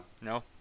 No